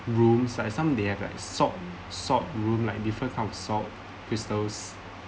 rooms like some they have like salt salt room like different kind of salt crystals